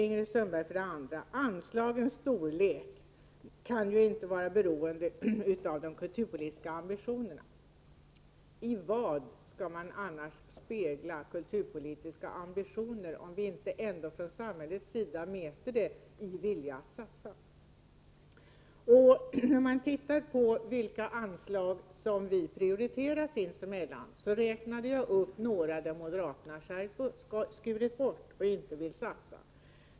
Ingrid Sundberg säger också: Anslagens storlek kan inte vara beroende av de kulturpolitiska ambitionerna. Jag frågar: I vad skall man annars spegla kulturpolitiska ambitioner, om vi inte från samhällets sida mäter dem i viljan att satsa? Man kan se på vilka anslag som vi har prioriterat sinsemellan. Jag räknade upp några där moderaterna har skurit bort och inte vill satsa.